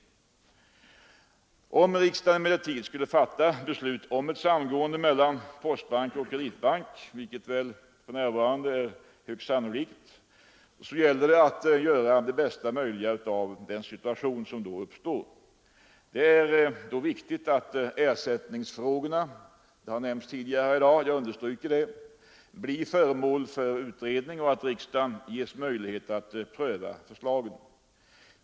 Skulle riksdagen emellertid fatta beslut om ett samgående mellan postbanken och Kreditbanken — vilket är sannolikt — gäller det att göra det bästa möjliga av den situation som då uppstår. Det är därvid viktigt, att ersättningsfrågorna — detta har nämnts tidigare i dag, och jag vill ytterligare understryka det — blir föremål för utredning och att riksdagen ges möjlighet att pröva förslagen.